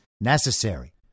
necessary